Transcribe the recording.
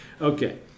okay